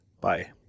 Bye